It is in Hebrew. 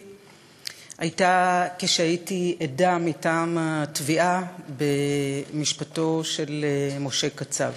הייתה כשהייתי עדה מטעם התביעה במשפטו של משה קצב.